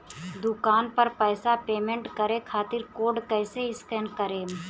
दूकान पर पैसा पेमेंट करे खातिर कोड कैसे स्कैन करेम?